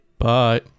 Bye